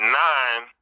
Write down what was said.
nine